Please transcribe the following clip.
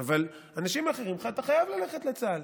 אבל אנשים אחרים, אתה חייב ללכת לצה"ל.